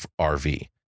RV